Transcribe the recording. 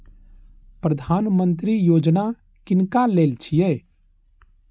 प्रधानमंत्री यौजना किनका लेल छिए?